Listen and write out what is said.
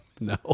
No